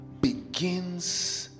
begins